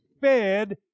fed